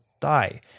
die